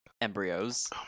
embryos